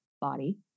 body